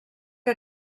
que